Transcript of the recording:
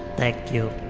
thank you.